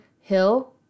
hill